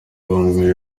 bamwe